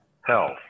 health